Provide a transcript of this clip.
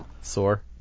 Sore